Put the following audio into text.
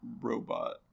Robot